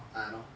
!hannor!